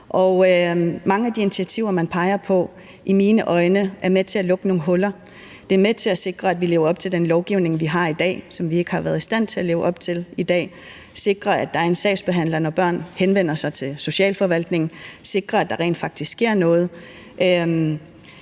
mange af de initiativer, man peger på, er i mine øjne med til at lukke nogle huller. Det er med til at sikre, at vi lever op til den lovgivning, vi har i dag, men som vi ikke har været i stand til at leve op til i dag, sikre, at der er en sagsbehandler, når børn henvender sig til socialforvaltningen, og sikre, at der rent faktisk sker noget.